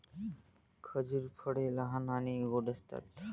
खजूर फळे लहान आणि गोड असतात